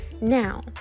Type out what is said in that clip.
Now